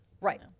Right